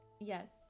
yes